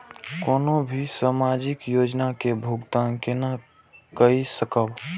कोनो भी सामाजिक योजना के भुगतान केना कई सकब?